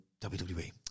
WWE